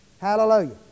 Hallelujah